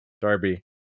darby